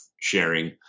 sharing